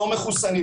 לא מחוסנים,